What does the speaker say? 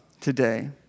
today